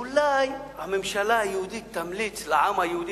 אולי הממשלה היהודית תמליץ לעם היהודי,